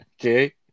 Okay